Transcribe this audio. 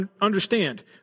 understand